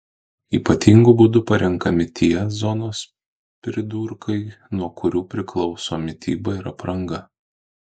ypatingu būdu parenkami tie zonos pridurkai nuo kurių priklauso mityba ir apranga